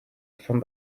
from